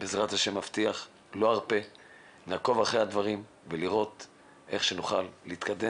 שאני אוכל להיות רגוע,